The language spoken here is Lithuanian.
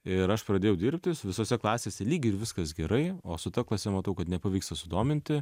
ir aš pradėjau dirbti visose klasėse lyg ir viskas gerai o su ta klase matau kad nepavyksta sudominti